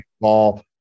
ball